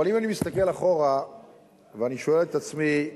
אבל אם אני מסתכל אחורה ואני שואל את עצמי: